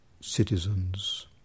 citizens